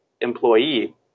employee